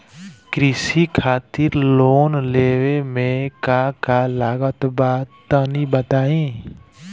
कृषि खातिर लोन लेवे मे का का लागत बा तनि बताईं?